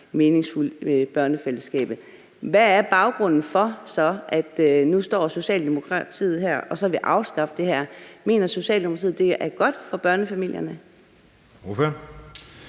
meningsfuldt for børnefællesskabet. Hvad er baggrunden for, at Socialdemokratiet nu står her og vil afskaffe det her? Mener Socialdemokratiet, at det er godt for børnefamilierne?